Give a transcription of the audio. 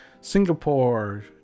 singapore